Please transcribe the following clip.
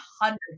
hundreds